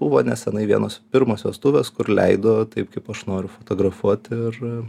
buvo nesenai vienos pirmos vestuvės kur leido taip kaip aš noriu fotografuoti ir